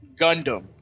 Gundam